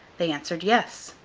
they answered yes.